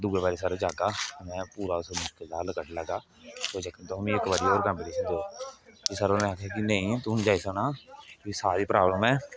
दूई बारी जाह्गा में पूरा मसला हल करी लैगा कोई चक्कर नेईं तुस मिगी इक बारी होर कम्पीटिशन देओ फिह् सर होरें आखेआ कि नेई तू नेई जाई सकना तुगी साह् दी प्राव्लम ऐ